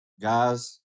guys